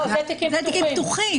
רק בתיקים פתוחים.